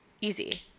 easy